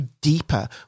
deeper